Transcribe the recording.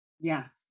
Yes